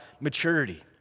maturity